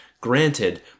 Granted